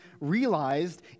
realized